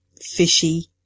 Fishy